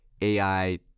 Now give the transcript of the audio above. AI